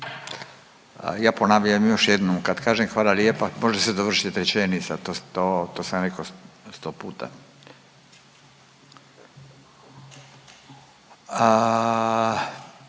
Ja ponavljam još jednom, kad kažem hvala lijepa može se dovršit rečenica, to s…, to, to sam rekao sto puta.